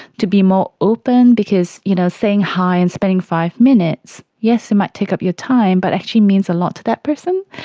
to be more open, because you know saying hi and spending five minutes, yes, it might take up your time but it actually means a lot to that person.